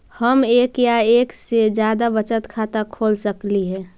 हम एक या एक से जादा बचत खाता खोल सकली हे?